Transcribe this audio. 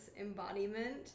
embodiment